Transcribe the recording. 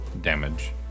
damage